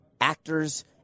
actors